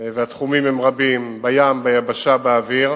והתחומים הם רבים: בים, ביבשה, באוויר.